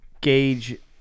gauge